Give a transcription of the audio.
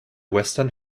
western